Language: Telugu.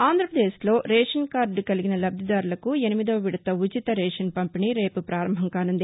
ఆంధ్రాప్రదేశ్ లో రేషన్ కార్డు కలిగిన లబ్దిదారులకు ఎనిమిదో విడత ఉచిత రేషన్ పంపిణీ రేపు పారంభం కాసుంది